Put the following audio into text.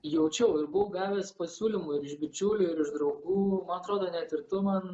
jaučiau ir buvau gavęs pasiūlymų ir iš bičiulių ir iš draugų man atrodo net ir tu man